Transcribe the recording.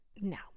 No